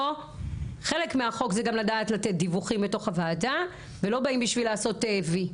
חלק מהחוק זה גם לדעת לתת דיווחים בתוך הועדה ולא באים לעשות וי.